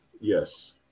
Yes